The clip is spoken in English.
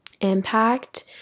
impact